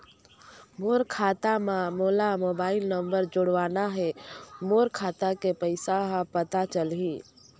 मोर खाता मां मोला मोबाइल नंबर जोड़वाना हे मोर खाता के पइसा ह पता चलाही?